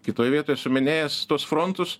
kitoj vietoj esu minėjęs tuos frontus